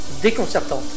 déconcertante